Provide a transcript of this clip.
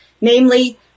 namely